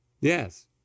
Yes